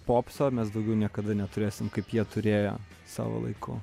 popso mes daugiau niekada neturėsim kaip jie turėjo savo laiku